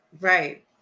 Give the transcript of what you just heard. right